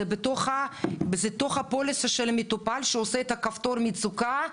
זה בתוך הפוליסה של המטופל שעושה את כפתור המצוקה.